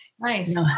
Nice